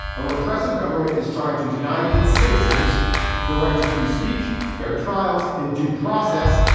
a repressive government is trying to deny its citizens the right to free speech fair trials and due process.